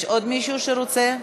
יש עוד מישהו שרוצה?